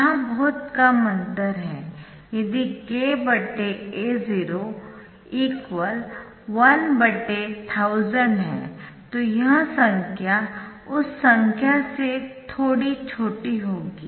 यहाँ बहुत कम अंतर है यदि kA0 11000 है तो यह संख्या उस संख्या से थोड़ी छोटी होगी